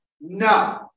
no